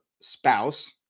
spouse